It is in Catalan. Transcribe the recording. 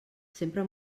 sempre